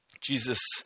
Jesus